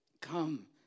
come